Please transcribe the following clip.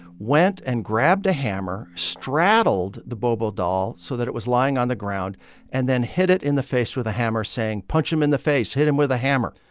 went and grabbed a hammer, straddled the bobo doll so that it was lying on the ground and then hit it in the face with a hammer saying, punch him in the face, hit him with a hammer.